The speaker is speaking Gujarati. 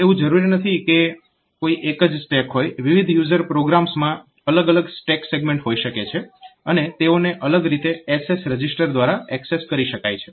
તો એવું જરૂરી નથી કે કોઈ એક જ સ્ટેક હોય વિવિધ યુઝર પ્રોગ્રામ્સમાં અલગ અલગ સ્ટેક સેગમેન્ટ હોઈ શકે છે અને તેઓને અલગ રીતે SS રજીસ્ટર દ્વારા એક્સેસ કરી શકાય છે